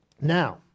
Now